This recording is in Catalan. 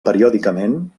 periòdicament